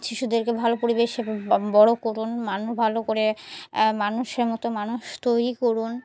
শিশুদেরকে ভালো পরিবেশে বড় করুন মানুষ ভালো করে মানুষের মতো মানুষ তৈরি করুন